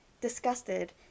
disgusted